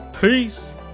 Peace